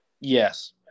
Yes